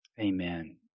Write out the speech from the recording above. Amen